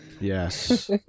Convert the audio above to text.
Yes